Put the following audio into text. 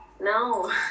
no